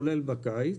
כולל בקיץ,